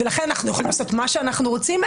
ולכן אנחנו יכולים לעשות מה שאנחנו רוצים.